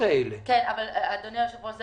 אדוני היושב-ראש.